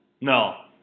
No